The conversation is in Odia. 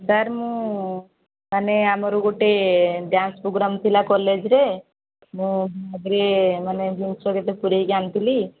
ସାର୍ ମୁଁ ମାନେ ଆମର ଗୋଟେ ଡ୍ୟାନ୍ସ ପ୍ରୋଗାମ୍ ଥିଲା କଲେଜ୍ରେ ମୁଁ ତା'ପରେ ମାନେ ଜିନିଷ କେତେ ପୁରେଇକି ଆଣିଥିଲି